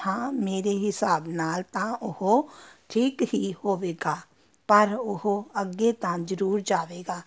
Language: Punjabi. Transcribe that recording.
ਤਾਂ ਮੇਰੇ ਹਿਸਾਬ ਨਾਲ਼ ਤਾਂ ਉਹ ਠੀਕ ਹੀ ਹੋਵੇਗਾ ਪਰ ਉਹ ਅੱਗੇ ਤਾਂ ਜ਼ਰੂਰ ਜਾਵੇਗਾ